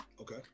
Okay